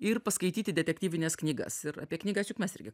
ir paskaityti detektyvines knygas ir apie knygas juk mes irgi